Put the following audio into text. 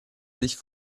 sich